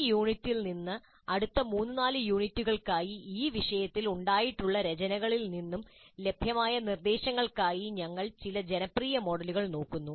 ഈ യൂണിറ്റിൽ നിന്ന് അടുത്ത 3 4 യൂണിറ്റുകൾക്കായി ഈ വിഷയത്തിൽ ഉണ്ടായിട്ടുള്ള രചനകളിൽ നിന്നും ലഭ്യമായ നിർദ്ദേശങ്ങൾക്കായി ഞങ്ങൾ ചില ജനപ്രിയ മോഡലുകൾ നോക്കുന്നു